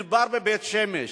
מדובר בבית-שמש.